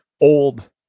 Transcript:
old